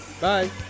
Bye